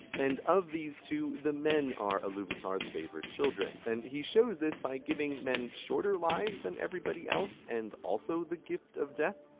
and, of these two, the men are iluvatar's favorite children. and, he shows this by giving men shorter lives than everybody else, and also the gift of death?